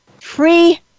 free